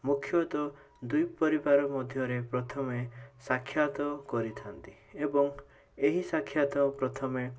ମୁଖ୍ୟତଃ ଦୁଇ ପରିବାର ମଧ୍ୟରେ ପ୍ରଥମେ ସାକ୍ଷାତ କରିଥାନ୍ତି ଏବଂ ଏହି ସାକ୍ଷାତ ପ୍ରଥମେ